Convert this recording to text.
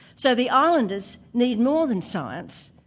so the islanders need more than science,